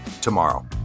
tomorrow